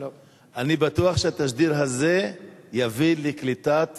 אני בטוח שהתשדיר הזה יביא לקליטת